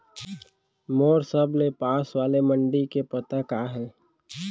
मोर सबले पास वाले मण्डी के पता का हे?